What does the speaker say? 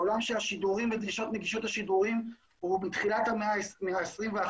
העולם של השידורים ודרישות נגישות לשידורים הוא מתחילת המאה ה-21,